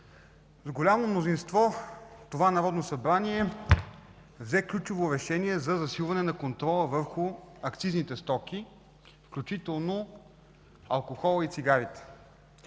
С голямо мнозинство това Народно събрание взе ключово решение за засилване на контрола върху акцизните стоки, включително алкохола и цигарите.